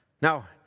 Now